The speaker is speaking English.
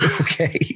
Okay